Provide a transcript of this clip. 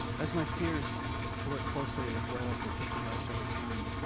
as my fears to work closely with whales were put to rest over time,